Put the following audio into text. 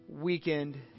weekend